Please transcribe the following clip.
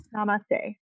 Namaste